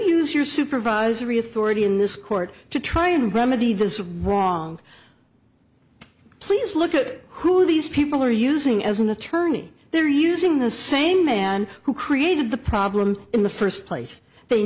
use your supervisory authority in this court to try and remedy this wrong please look at who these people are using as an attorney they're using the same man who created the problem in the first place they